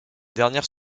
dernière